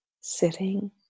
sitting